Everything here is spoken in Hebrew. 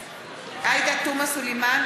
(קוראת בשם חברת הכנסת) עאידה תומא סלימאן,